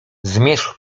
zmierzch